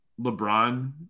LeBron